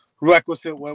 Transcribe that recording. requisite